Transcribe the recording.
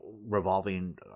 revolving